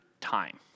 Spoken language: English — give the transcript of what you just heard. time